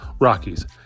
Rockies